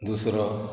दुसरो